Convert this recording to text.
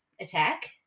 attack